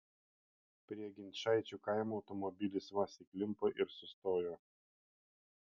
prie ginčaičių kaimo automobilis vaz įklimpo ir sustojo